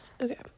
okay